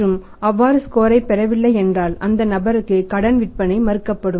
மற்றும் அவ்வாறு ஸ்கோரை பெறவில்லை என்றால் அந்த நபருக்கு கடன் விற்பனை மறுக்கப்படும்